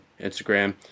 Instagram